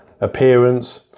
Appearance